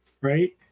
right